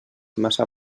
massa